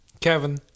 Kevin